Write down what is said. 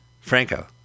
Franco